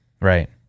right